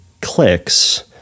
clicks